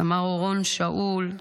סמ"ר אורון שאול,